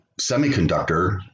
semiconductor